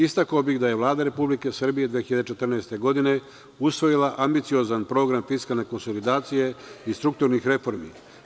Istakao bih da je Vlada Republike Srbije 2014. godine usvojila ambiciozan program fiskalne konsolidacije i strukturnih reformi.